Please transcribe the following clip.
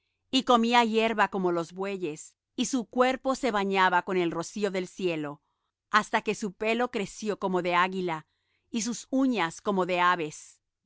y comía hierba como los bueyes y su cuerpo se bañaba con el rocío del cielo hasta que su pelo creció como de águila y sus uñas como de aves